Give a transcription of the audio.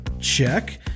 Check